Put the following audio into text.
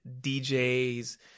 DJs